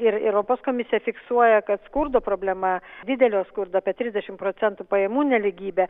ir europos komisija fiksuoja kad skurdo problema didelio skurdo apie trisdešim procentų pajamų nelygybė